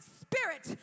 spirit